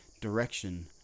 direction